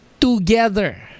together